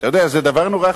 אתה יודע, זה דבר נורא חשוב.